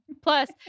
Plus